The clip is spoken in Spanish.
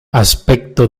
aspecto